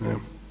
Ne.